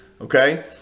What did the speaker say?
Okay